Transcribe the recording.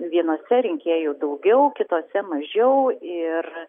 tai vienose rinkėjų daugiau kitose mažiau ir